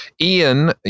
Ian